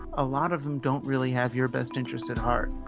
a lot of them don't really have your best interests at heart.